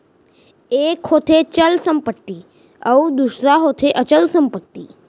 एक होथे चल संपत्ति अउ दूसर होथे अचल संपत्ति